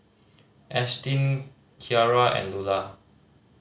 Ashtyn Kiarra and Lula